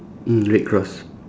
mm red cross